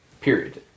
Period